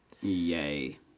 Yay